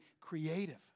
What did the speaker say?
creative